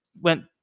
Went